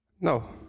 No